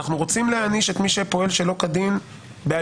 אנחנו רוצים להעניש את מי שפועל שלא כדין באלימות,